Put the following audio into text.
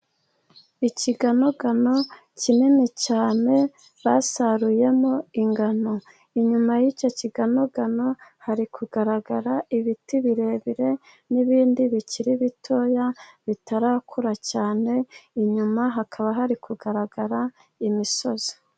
Ikiganogano kinini cyane , basaruyemo ingano , inyuma y'icyo kiganogano hari kugaragara ibiti birebire , n'ibindi bikiri bitoya , bitarakura cyane . Inyuma hakaba hari kugaragara imisozi.